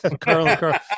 Carl